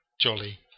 jolly